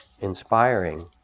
inspiring